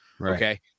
okay